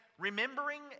remembering